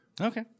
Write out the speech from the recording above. Okay